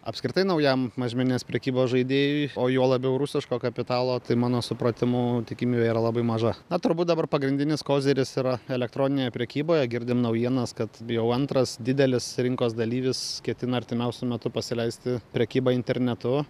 apskritai naujam mažmeninės prekybos žaidėjui o juo labiau rusiško kapitalo tai mano supratimu tikimybė yra labai maža na turbūt dabar pagrindinis koziris yra elektroninėje prekyboje girdim naujienas kad jau antras didelis rinkos dalyvis ketina artimiausiu metu pasileisti prekybą internetu